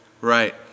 Right